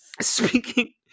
Speaking